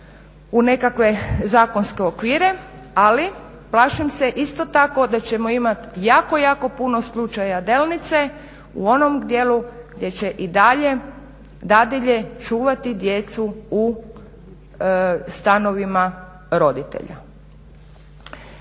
u nekakve zakonske okvire. Ali plašim se isto tako da ćemo imati jako, jako puno slučaja Delnice u onom dijelu gdje će i dalje dadilje čuvati djecu u stanovima roditelja.